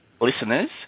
listeners